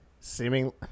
Seeming